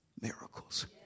miracles